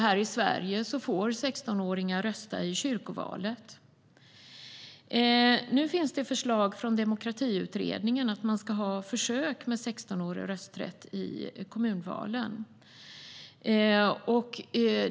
Här i Sverige får 16-åringar rösta i kyrkovalet. Nu finns det förslag från Demokratiutredningen om försök med rösträtt för 16-åringar i kommunvalen.